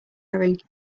wearing